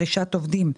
פרישת עובדים,